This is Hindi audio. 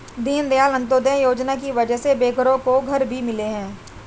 दीनदयाल अंत्योदय योजना की वजह से बेघरों को घर भी मिले हैं